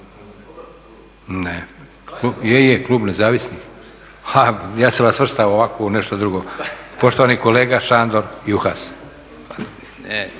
Je, je klub Nezavisnih. A ja sam vas svrstao ovako u nešto drugo. Poštovani kolega Šandor Juhas.